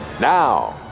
now